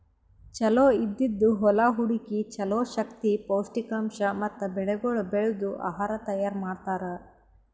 ಚಲೋ ಇದ್ದಿದ್ ಹೊಲಾ ಹುಡುಕಿ ಚಲೋ ಶಕ್ತಿ, ಪೌಷ್ಠಿಕಾಂಶ ಮತ್ತ ಬೆಳಿಗೊಳ್ ಬೆಳ್ದು ಆಹಾರ ತೈಯಾರ್ ಮಾಡ್ತಾರ್